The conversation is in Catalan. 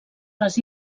les